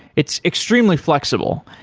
it's extremely flexible,